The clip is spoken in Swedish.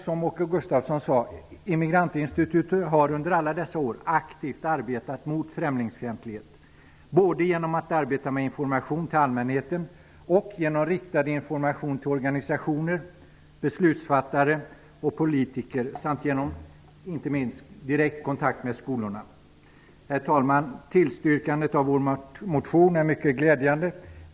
Som Åke Gustavsson sade har Immigrantinstitutet under alla dessa år aktivt arbetat mot främlingsfientlighet, både genom att arbeta med information till allmänheten och genom riktad information till organisationer, beslutsfattare och politiker samt inte minst genom direkt kontakt med skolorna. Herr talman! Tillstyrkandet av vår motion är mycket glädjande.